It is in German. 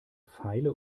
feile